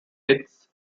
its